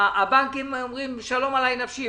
הבנקים אומרים שלום עליי נפשי,